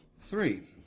Three